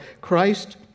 Christ